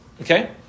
okay